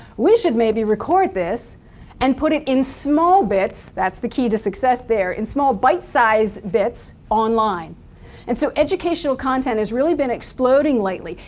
we should maybe record this and put it in small bits, that's the key to success there, in small bite-sized bits online and so educational content has really been exploding lately.